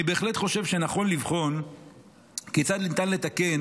אני בהחלט חושב שנכון לבחון כיצד ניתן לתקן